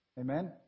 Amen